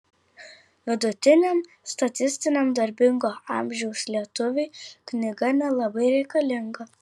vidutiniam statistiniam darbingo amžiaus lietuviui knyga nelabai reikalinga